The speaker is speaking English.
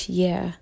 year